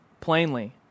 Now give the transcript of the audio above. plainly